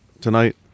tonight